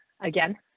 again